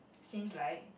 seems like